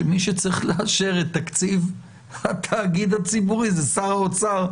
שמי צריך לאשר את תקציב התאגיד הציבורי זה שר האוצר.